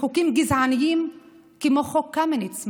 בחוקים גזעניים כמו חוק קמיניץ,